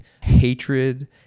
hatred